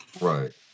Right